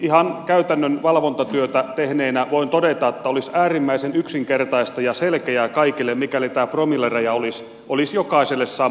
ihan käytännön valvontatyötä tehneenä voin todeta että olisi äärimmäisen yksinkertaista ja selkeää kaikille mikäli tämä promilleraja olisi jokaiselle sama